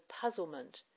puzzlement